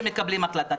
שמקבלים החלטה.